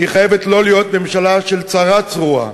חייבת לא להיות ממשלה של צרה צרורה.